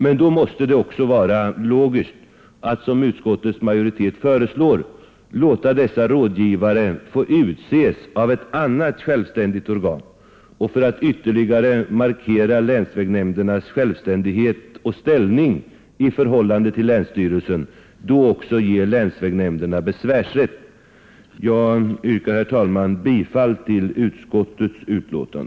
Men då måste det också vara logiskt att, som utskottets majoritet föreslår, låta dessa rådgivare få utses av ett självständigt organ och att — för att ytterligare markera länsvägsnämndernas självständighet och ställning i förhållande till länsstyrelsen — även ge länsvägnämnderna besvärsrätt. Herr talman! Jag yrkar bifall till utskottets hemställan.